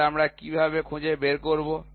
তাহলে আমরা কীভাবে খুঁজে বের করব